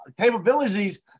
capabilities